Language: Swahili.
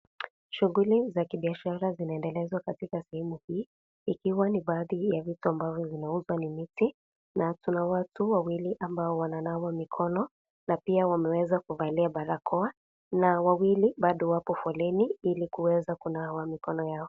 Shughuli za kibiashara zinaendelezwa katika sehemu hii. Ikiwa ni baadhi ya vitu vinavyouzwa ni miti na kuna watu wawili ambao wananawa mikono na pia wameweza kuvalia barakoa na wawili, bado wako foleni ili kuweza kunawa mikono yao.